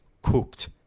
cooked